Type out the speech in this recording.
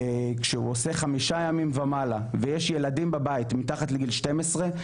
כשהוא עושה חמישה ימים ומעלה ויש ילדים בבית מתחת לגיל 12,